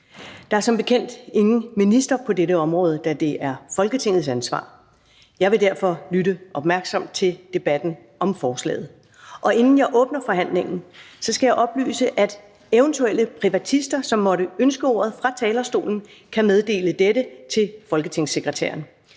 Der er som bekendt ingen minister på dette område, da det er Folketingets ansvar. Jeg vil derfor lytte opmærksomt til debatten om forslaget. Og inden jeg åbner forhandlingen, skal jeg oplyse, at eventuelle privatister, som måtte ønske ordet fra talerstolen, kan meddele dette til folketingssekretæren.